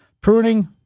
Pruning